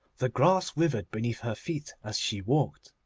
the grass withered beneath her feet as she walked.